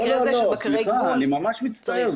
לא, לא, לא, סליחה, אני ממש מצטער.